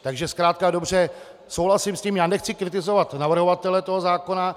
Takže zkrátka a dobře, souhlasím s tím, nechci kritizovat navrhovatele zákona.